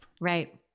right